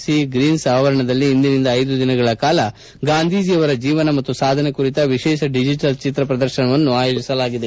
C greens ಆವರಣದಲ್ಲಿ ಇಂದಿನಿಂದ ಐದು ದಿನಗಳ ಕಾಲ ಗಾಂಧೀಜಿ ಅವರ ಜೀವನ ಮತ್ತು ಸಾಧನೆ ಕುರಿತ ವಿಶೇಷ ಡಿಜೆಟಲ್ ಚಿತ್ರ ಪ್ರದರ್ಶನವನ್ನು ಆಯೋಜಿಸಲಾಗಿದೆ